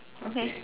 okay